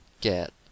get